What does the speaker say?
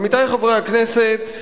עמיתי חברי הכנסת,